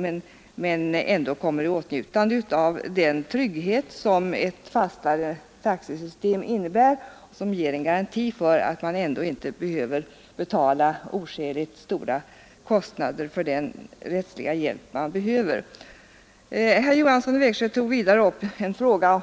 De kommer ändå i åtnjutande av den trygghet som ett fastare taxesystem innebär. Det ger en garanti för att man inte får betala oskäliga kostnader för den hjälp man behöver. Herr Johansson i Växjö tog vidare upp en fråga